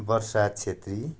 Varsha Chhetri